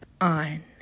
on